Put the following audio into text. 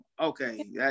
Okay